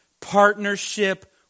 Partnership